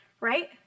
Right